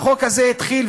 החוק הזה התחיל,